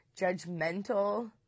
judgmental